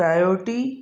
priority